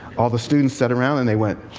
all the students sat around and they went.